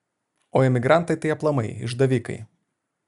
o emigrantai tai aplamai išdavikai